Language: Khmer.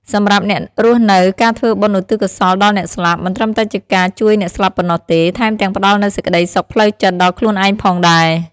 សម្រាប់អ្នករស់នៅ ការធ្វើបុណ្យឧទ្ទិសកុសលដល់អ្នកស្លាប់ មិនត្រឹមតែជាការជួយអ្នកស្លាប់ប៉ុណ្ណោះទេ ថែមទាំងផ្តល់នូវសេចក្តីសុខផ្លូវចិត្តដល់ខ្លួនឯងផងដែរ។